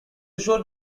showed